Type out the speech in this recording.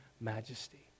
majesty